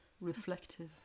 Reflective